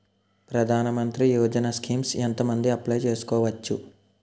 ప్రధాన మంత్రి యోజన స్కీమ్స్ ఎంత మంది అప్లయ్ చేసుకోవచ్చు?